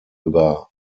über